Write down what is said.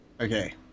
Okay